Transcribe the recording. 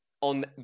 on